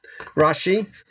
Rashi